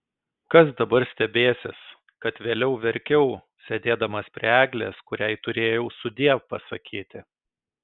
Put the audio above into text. kas dabar stebėsis kad vėliau verkiau sėdėdamas prie eglės kuriai turėjau sudiev pasakyti